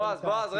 בועז,